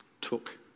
took